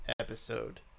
episode